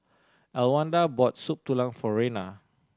Elwanda bought Soup Tulang for Rena